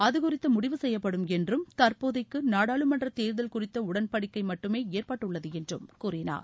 அதுகுறித்து முடிவு செய்யப்படும் என்றும் தற்போதைக்கு நாடாளுமன்ற தேர்தல் குறித்த உடன்படிக்கை மட்டுமே ஏற்பட்டுள்ளது என்றும் கூறினார்